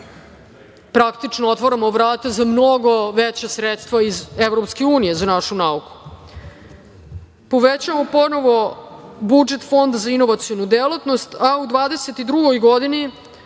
praktično, otvaramo vrata za mnogo veća sredstva iz EU za našu nauku. Povećavamo ponovo budžet Fonda za inovacionu delatnost, a u 2022. godini,